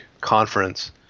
conference